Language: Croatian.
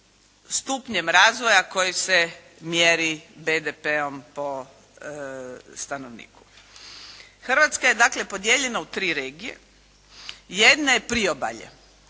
stupnjem razvoja koji se mjeri BDP-om po stanovniku. Hrvatska je dakle podijeljena u tri regije. Jedna je priobalje.